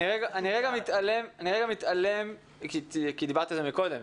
אני לרגע מתעלם כי דיברת על זה קודם,